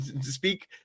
Speak